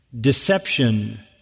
deception